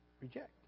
reject